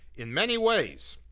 in many ways,